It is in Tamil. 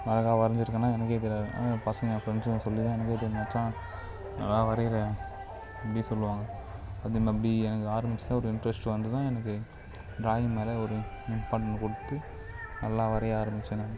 அழகாக வரைஞ்சிருக்கேனா எனக்கே தெரியாது ஆனால் என் பசங்க என் ஃப்ரெண்ட்ஸ்ங்க சொல்லித்தான் எனக்கே தெரியும் மச்சான் நல்லா வரைகிற அப்படி சொல்லுவாங்க அது அப்படி எனக்கு ஆரம்மிச்சிதான் ஒரு இன்ட்ரஸ்ட் வந்துதான் எனக்கு ட்ராயிங் மேல ஒரு இம்பார்ட்டண்ட் கொடுத்து நல்லா வரைய ஆரம்மிச்சேன்